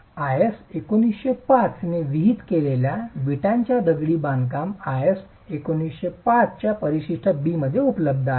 IS 1905 ने विहित केलेल्या विटांची दगडी बांधकाम आयएस 1905 च्या परिशिष्ट B मध्ये उपलब्ध आहे